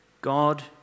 God